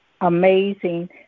amazing